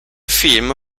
film